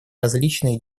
различные